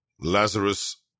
Lazarus